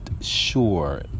sure